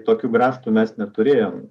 tokiu grąžtu mes neturėjom